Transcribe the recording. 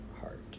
heart